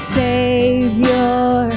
savior